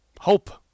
hope